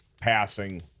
passing